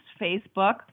Facebook